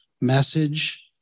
message